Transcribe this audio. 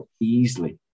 easily